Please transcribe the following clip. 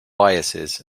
biases